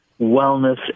wellness